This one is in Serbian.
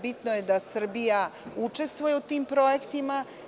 Bitno je da Srbija učestvuje u tim projektima.